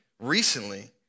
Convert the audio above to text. recently